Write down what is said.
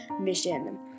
mission